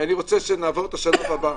כי אני רוצה שנעבור לשלב הבא.